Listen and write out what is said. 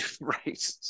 right